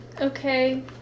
Okay